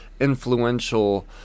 influential